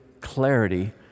clarity